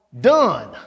done